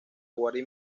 guardia